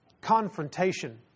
confrontation